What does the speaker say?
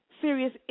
serious